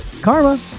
karma